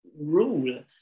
rule